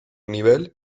nivel